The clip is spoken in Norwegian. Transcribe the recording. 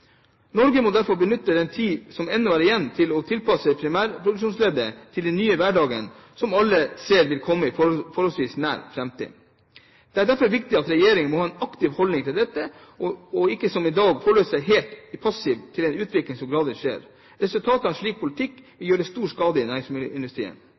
Norge må derfor benytte den tiden som ennå er igjen, til å tilpasse primærproduksjonsleddet til den nye hverdagen som alle ser vil komme i forholdsvis nær framtid. Det er derfor viktig at regjeringen har en aktiv holdning til dette, og ikke som i dag forholder seg helt passiv til den utvikling som gradvis skjer. Resultatet av en slik politikk